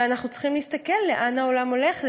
ואנחנו צריכים להסתכל לאן העולם הולך,